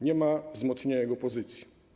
Nie ma wzmocnienia jego pozycji.